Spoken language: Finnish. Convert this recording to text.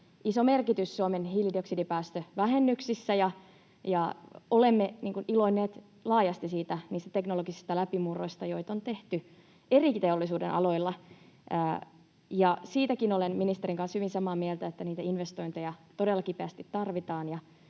iso merkitys Suomen hiilidioksidipäästövähennyksissä. Olemme iloinneet laajasti niistä teknologisista läpimurroista, joita on tehty eri teollisuudenaloilla, ja siitäkin olen ministerin kanssa hyvin samaa mieltä, että niitä investointeja todella kipeästi tarvitaan.